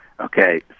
Okay